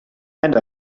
and